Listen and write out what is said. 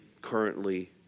currently